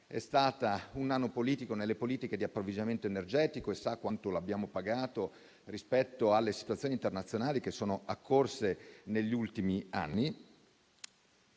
è stata un nano politico nelle politiche di approvvigionamento energetico: e si sa quanto lo abbiamo pagato rispetto alle situazioni internazionali che sono occorse negli ultimi anni.